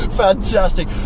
Fantastic